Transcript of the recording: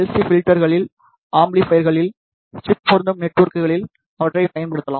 C பில்டர்களில் ஆம்பிலிபய்யர்களில் chip பொருந்தும் நெட்வொர்க்குகளில் அவற்றைப் பயன்படுத்தலாம்